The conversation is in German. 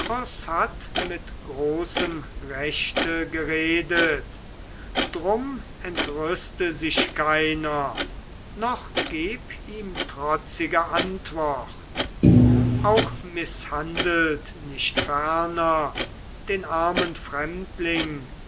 hat mit großem rechte geredet drum entrüste sich keiner noch geb ihm trotzige antwort auch mißhandelt nicht ferner den armen fremdling